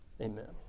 Amen